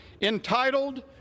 entitled